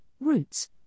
roots